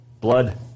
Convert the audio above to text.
blood